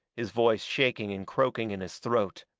his voice shaking and croaking in his throat,